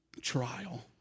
trial